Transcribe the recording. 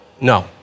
No